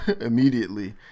immediately